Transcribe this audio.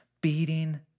beating